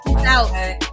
out